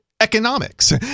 Economics